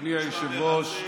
אדוני היושב-ראש,